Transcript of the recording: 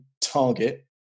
target